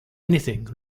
anything